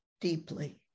deeply